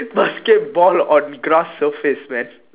basketball on grass surface man